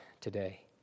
today